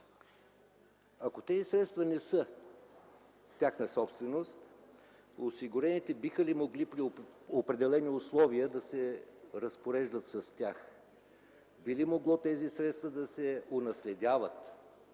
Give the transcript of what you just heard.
Ако тези средства не са тяхна собственост, осигурените биха ли могли, при определени условия, да се разпореждат с тях? Би ли могло тези средства да се унаследяват